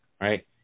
Right